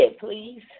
please